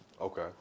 Okay